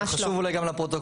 זה חשוב אולי גם לפרוטוקול.